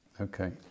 Okay